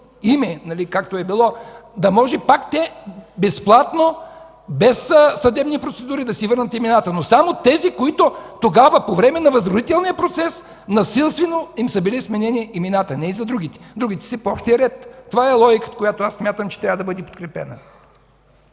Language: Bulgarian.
име, както е било, да могат пак безплатно, без съдебни процедури да си върнат имената, но само тези, на които тогава, по време на възродителния процес, насилствено са им били сменени имената, не и за другите. Другите са си по общия ред. Това е логиката, която аз смятам, че трябва да бъде подкрепена.